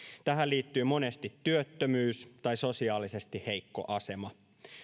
tähän liittyy monesti työttömyys tai sosiaalisesti heikko asema